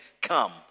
come